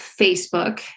Facebook